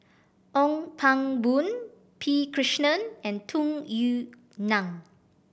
Ong Pang Boon P Krishnan and Tung Yue Nang